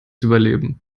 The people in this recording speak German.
überleben